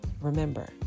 Remember